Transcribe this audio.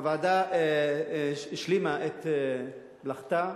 הוועדה השלימה את מלאכתה.